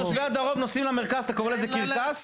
שתושבי הדרום נוסעים למרכז, אתה קורא לזה קרקס?